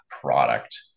product